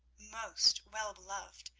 most well-beloved,